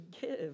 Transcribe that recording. give